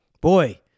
boy